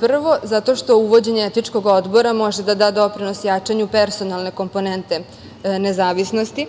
Prvo, zato što uvođenje Etičkog odbora može da da doprinos jačanju personalne komponente nezavisnosti,